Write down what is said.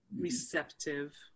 receptive